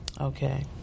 okay